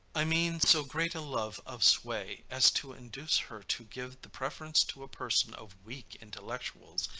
i mean so great a love of sway, as to induce her to give the preference to a person of weak intellectuals,